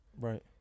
Right